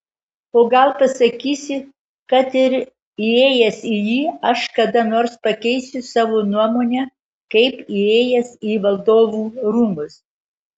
o gal pasakysi kad ir įėjęs į jį aš kada nors pakeisiu savo nuomonę kaip įėjęs į valdovų rūmus